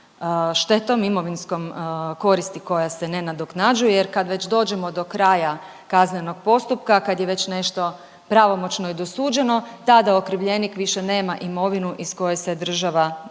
štetom, imovinskom koristi koja se ne nadoknađuje. Jer kad već dođemo do kraja kaznenog postupka, kad je već nešto pravomoćno i dosuđeno tada okrivljenik više nema imovinu iz koje se država